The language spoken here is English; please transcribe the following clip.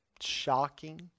Shocking